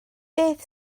beth